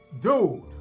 dude